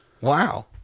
Wow